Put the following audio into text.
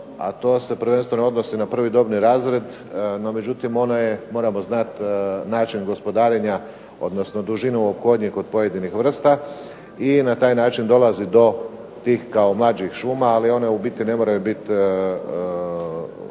a to se prvenstveno odnosi na prvi dobni razred, međutim, moramo znati način gospodarenja odnosno dužinu … kod pojedinih vrsta i na taj način dolazi do tih mlađih šuma ali one u biti ne moraju biti